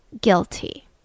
guilty